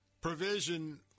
provision